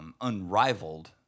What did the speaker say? Unrivaled